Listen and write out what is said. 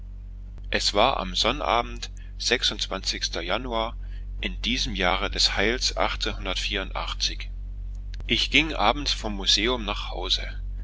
es war am sonnabend januar in diesem jahre des heils ich ging abends vom museum nach hause